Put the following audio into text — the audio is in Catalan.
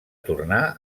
tornar